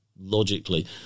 logically